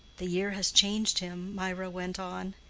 the year has changed him, mirah went on.